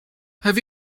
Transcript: have